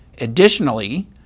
Additionally